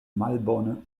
malbone